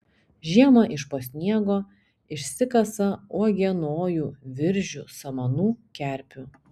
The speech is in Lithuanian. žiemą iš po sniego išsikasa uogienojų viržių samanų kerpių